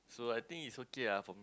so I think it's okay ah for me